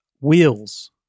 Wheels